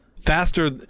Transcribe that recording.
faster